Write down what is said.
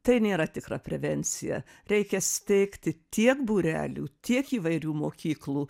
tai nėra tikra prevencija reikia steigti tiek būrelių tiek įvairių mokyklų